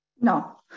No